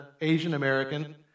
Asian-American